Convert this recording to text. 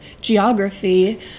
geography